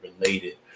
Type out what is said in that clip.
related